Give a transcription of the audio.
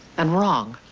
and wrong.